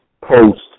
post